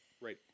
Right